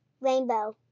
Rainbow